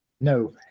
No